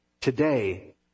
Today